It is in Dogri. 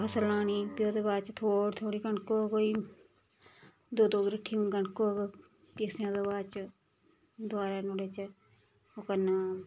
फसल लानी फ्ही ओहदे बाद च होर थोह्ड़ी कनक होग कोई दो कनक होग किस ओह्दे बाद च दोबारा नुआड़े च ओह् करना